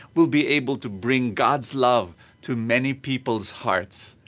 we'll be able to bring god's love to many people's hearts.